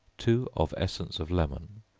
two of essence of lemon,